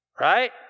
right